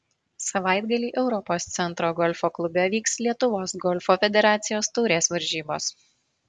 savaitgalį europos centro golfo klube vyks lietuvos golfo federacijos taurės varžybos